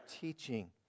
teaching